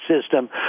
system